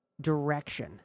Direction